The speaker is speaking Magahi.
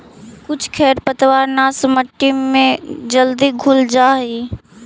कुछो खेर पतवारनाश मट्टी में जल्दी घुल जा हई